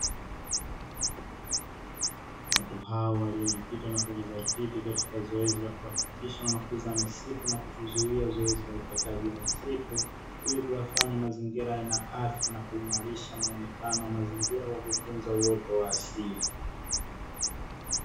Watu hao waliojikita na kujizatiti katika zoezi la kuhakikisha wanakuza misitu na kuzuia zoezi la ukataji wa misitu, ili kuyafanya mazingira yawe na afya na kuimarisha muonekano wa mazingira kwa kutunza uoto wa asili.